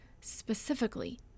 specifically